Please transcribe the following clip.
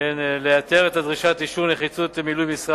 לייתר את דרישת אישור נחיצות מילוי משרה